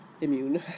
immune